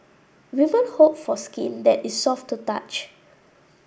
women hope for skin that is soft to touch